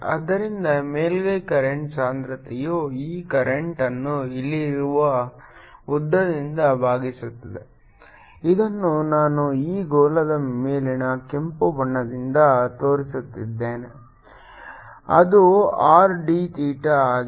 ಆದ್ದರಿಂದ ಮೇಲ್ಮೈ ಕರೆಂಟ್ ಸಾಂದ್ರತೆಯು ಈ ಕರೆಂಟ್ಅನ್ನು ಇಲ್ಲಿರುವ ಉದ್ದದಿಂದ ಭಾಗಿಸುತ್ತದೆ ಇದನ್ನು ನಾನು ಈ ಗೋಳದ ಮೇಲಿನ ಕೆಂಪು ಬಣ್ಣದಿಂದ ತೋರಿಸುತ್ತಿದ್ದೇನೆ ಅದು R d ಥೀಟಾ ಆಗಿದೆ